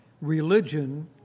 Religion